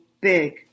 big